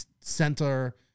center